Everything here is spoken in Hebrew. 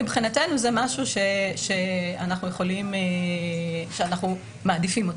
מבחינתנו זה משהו שאנחנו מעדיפים אותו.